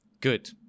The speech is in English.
Good